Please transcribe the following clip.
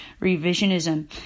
revisionism